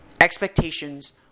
expectations